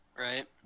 right